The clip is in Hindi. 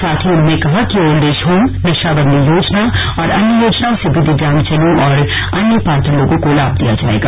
साथ ही उन्होंने कहा कि ओल्ड एज होम नशाबंदी योजना और अन्य योजनाओं से भी दिव्यागजनों और अन्य पात्र लोगों को लाभ दिया जाएगा